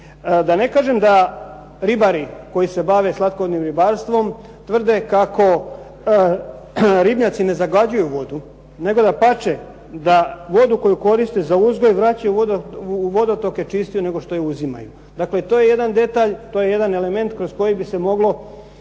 Da ne kažem da ribari koji se bave slatkovodnim ribarstvom tvrde kako ribnjaci ne zagađuju vodu, nego dapače da vodu koju koriste za uzgoj vraćaju u vodotoke čistiju nego što ju uzimaju. Dakle to je jedan detalj, to je jedan element kroz koji bi se moglo